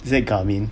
is it garmin